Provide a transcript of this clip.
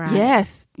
yes.